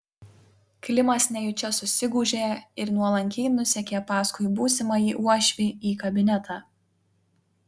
klimas nejučia susigūžė ir nuolankiai nusekė paskui būsimąjį uošvį į kabinetą